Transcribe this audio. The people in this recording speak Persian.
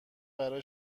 برا